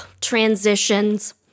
transitions